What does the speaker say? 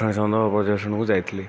ପଠାଣି ସାମନ୍ତ ପର୍ଯ୍ୟାବେଶନକୁ ଯାଇଥିଲି